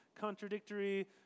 contradictory